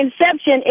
Inception